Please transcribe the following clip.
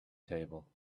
table